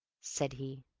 said he.